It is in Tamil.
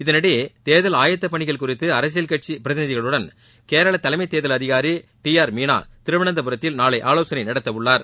இதளிடையே தேர்தல் ஆயத்தப் பணிகள் குறித்து அரசியல் கட்சி பிரதிநிதிகளுடன் கேரள தலைமைத் தேர்தல் அதிகாரி டி ஆர் மீனா திருவனந்தபுரத்தில் நாளை ஆலோசனை நடத்த உள்ளார்